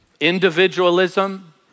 Individualism